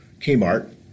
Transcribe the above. Kmart